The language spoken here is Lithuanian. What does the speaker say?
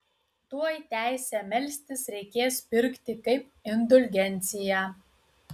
tuoj teisę melstis reikės pirkti kaip indulgenciją